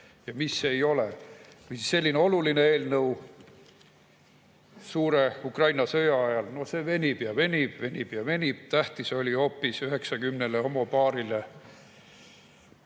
ja mis ei ole. Selline oluline eelnõu suure Ukraina sõja ajal, no see venib ja venib, venib ja venib. Tähtis oli hoopis 90 homopaarile